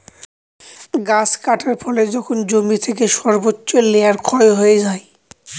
গাছ কাটার ফলে যখন জমি থেকে সর্বোচ্চ লেয়ার ক্ষয় হয়ে যায়